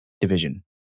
Division